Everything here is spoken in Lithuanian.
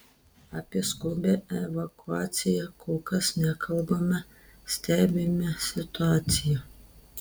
apie skubią evakuaciją kol kas nekalbame stebime situaciją